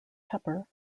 pepper